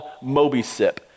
MobiSip